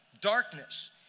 Darkness